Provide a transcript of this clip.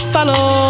Follow